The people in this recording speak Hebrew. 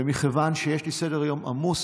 ומכיוון שיש לי סדר יום עמוס,